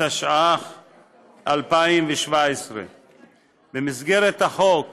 התשע"ח 2017. החוק